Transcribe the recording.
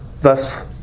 thus